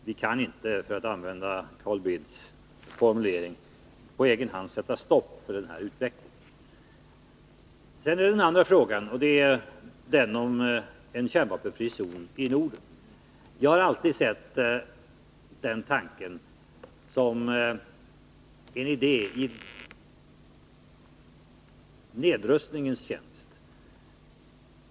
Vi kan inte — för att använda Carl Bildts formulering — på egen hand sätta stopp för utvecklingen. Den andra frågan gäller en kärnvapenfri zon i Norden. Jag har alltid sett den tanken som en idé i nedrustningens tjänst.